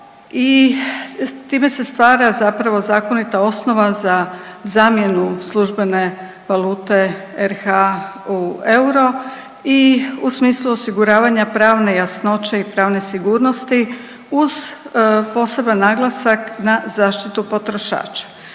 time se stvara zapravo zakonita osnova za zamjenu službene valute RH u euro i u smislu osiguravanja pravne jasnoće i pravne sigurnosti uz poseban naglasak na zaštitu potrošača.